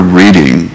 reading